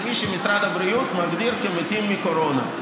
זה מי שמשרד הבריאות מגדיר כמתים מקורונה.